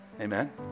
Amen